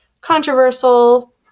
controversial